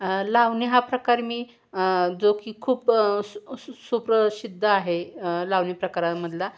लावणी हा प्रकार मी जो की खूप सु सुप्रसिद्ध आहे लावणी प्रकारामधला